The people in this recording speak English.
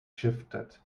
shifted